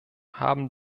haben